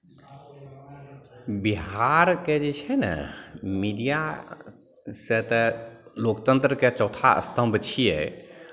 बिहारके जे छै ने मीडिया से तऽ लोकतन्त्रके चौथा स्तम्भ छियै